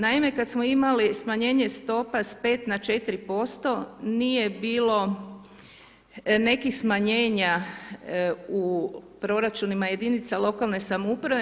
Naime, kada smo imali smanjenje stopa s 5 na 4% nije bilo nekih smanjenja u proračunima jedinica lokalne samouprave.